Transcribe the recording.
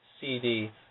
CD